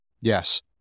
Yes